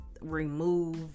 remove